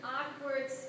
awkward